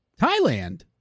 Thailand